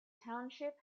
township